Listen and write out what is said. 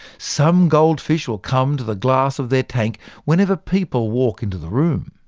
some goldfish will come to the glass of their tank whenever people walk into the room.